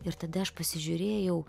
ir tada aš pasižiūrėjau